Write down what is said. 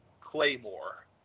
Claymore